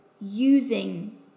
using